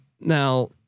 now